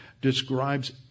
describes